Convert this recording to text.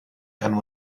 and